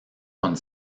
con